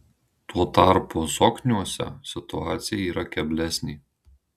tuo tarpu zokniuose situacija yra keblesnė